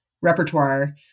repertoire